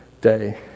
day